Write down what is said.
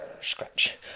Scratch